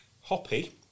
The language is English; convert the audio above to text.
hoppy